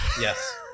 yes